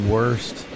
Worst